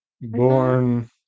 born